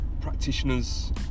practitioners